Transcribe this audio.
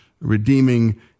redeeming